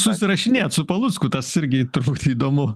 susirašinėjot su palucku tas irgi turbūt įdomu